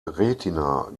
retina